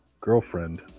girlfriend